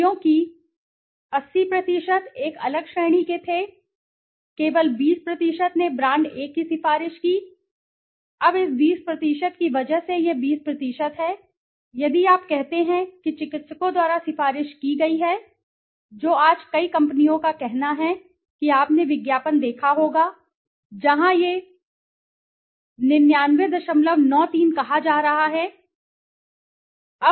क्योंकि 80 एक अलग श्रेणी के थे केवल 20 ने ब्रांड A की सिफारिश की अब इस 20 की वजह से यह 20 है यदि आप कहते हैं कि चिकित्सकों द्वारा सिफारिश की गई है जो आज कई कंपनियों का कहना है कि आपने विज्ञापन देखा होगा जहां यह 9993 कहा जा रहा है 6746